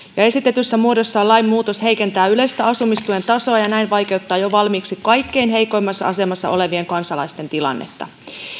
esitetyssä muodossaan lain muutos heikentää yleistä asumistuen tasoa ja näin vaikeuttaa jo valmiiksi kaikkein heikoimmassa asemassa olevien kansalaisten tilannetta